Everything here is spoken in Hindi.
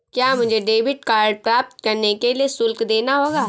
क्या मुझे डेबिट कार्ड प्राप्त करने के लिए शुल्क देना होगा?